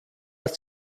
ist